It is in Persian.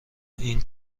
این